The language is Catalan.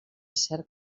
cert